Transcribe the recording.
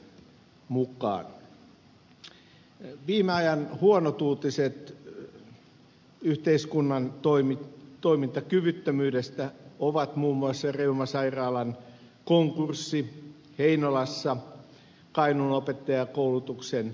viime ajan huonoja uutisia yhteiskunnan toimintakyvyttömyydestä ovat muun muassa reuman sairaalan konkurssi heinolassa kainuun opettajankoulutuksen loppuminen